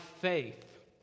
faith